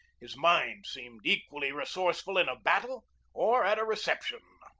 his mind seemed equally resourceful in a battle or at a reception.